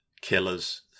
killers